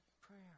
prayer